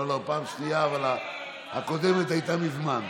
לא, לא, פעם שנייה, אבל הקודמת הייתה מזמן.